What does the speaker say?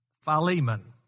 Philemon